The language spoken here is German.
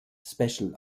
special